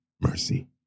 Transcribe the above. mercy